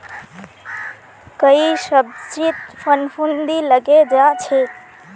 कई सब्जित फफूंदी लगे जा छे